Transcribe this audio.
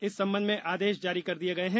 इस संबंध में आदेश जारी कर दिए गए हैं